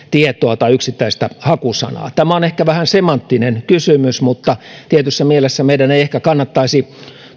tietoa tai yksittäistä hakusanaa tämä on ehkä vähän semanttinen kysymys mutta tietyssä mielessä meidän ei ehkä kannattaisi